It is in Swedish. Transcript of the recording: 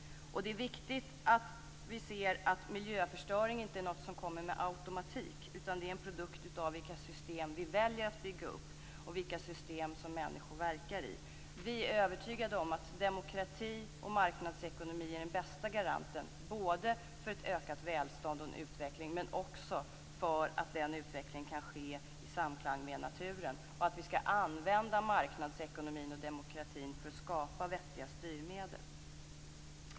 Det är viktigt att vi ser att miljöförstöring inte kommer med automatik. Det är en produkt av vilka system vi väljer att bygga upp och vilka system människor verkar i. Vi är övertygade om att demokrati och marknadsekonomi är den bästa garanten, både för ökat välstånd och utveckling men också för att utvecklingen kan ske i samklang med naturen. Vi skall använda marknadsekonomin och demokratin för att skapa vettiga styrmedel.